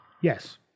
Yes